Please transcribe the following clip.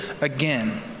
again